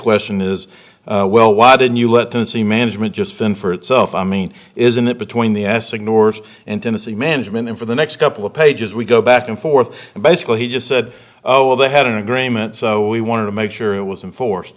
question is well why didn't you let them see management just fend for itself i mean isn't it between the s ignores intimacy management and for the next couple of pages we go back and forth and basically he just said oh they had an agreement so we wanted to make sure it was in force